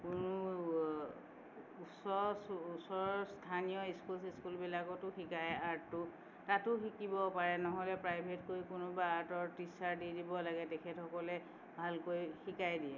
কোনো ওচৰ ওচৰৰ স্থানীয় ইস্কুল চিস্কুলবিলাকতো শিকাই আৰ্টটো তাতো শিকিব পাৰে নহ'লে প্ৰায়ভেটকৈ কোনোবা আৰ্টৰ টিচাৰ দি দিব লাগে তেখেতসকলে ভালকৈ শিকাই দিয়ে